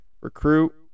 recruit